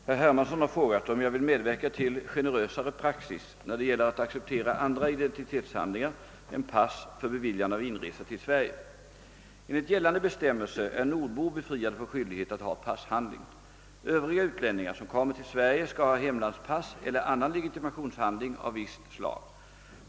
Herr talman! Herr Hermansson har frågat, om jag vill medverka till »generösare praxis» när det gäller att acceptera andra identitetshandlingar än pass för beviljande av inresa till Sverige. Enligt gällande bestämmelser är nordbor befriade från skyldighet att ha passhandling. Övriga utlänningar som kommer till Sverige skall ha hemlandspass eller annan legitimationshandling av visst slag.